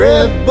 Red